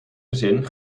gezin